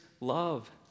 love